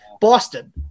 Boston